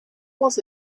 was